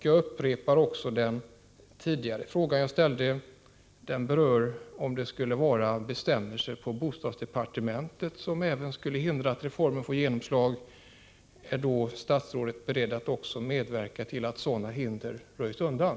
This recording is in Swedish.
Jag vill också upprepa den fråga jag ställde tidigare: Om det skulle vara så att bestämmelser som bostadsdepartementet svarar för även hindrar att reformen får genomslag, är statsrådet då beredd att medverka till att sådana hinder röjs undan?